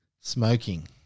Smoking